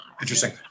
Interesting